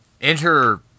enter